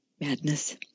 Madness